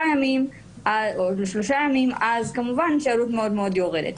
ימים או לשלושה ימים אז כמובן שהעלות מאוד יורדת.